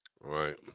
Right